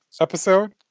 episode